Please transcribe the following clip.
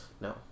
No